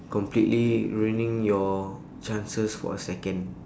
completely ruining your chances for a second